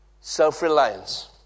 self-reliance